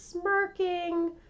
smirking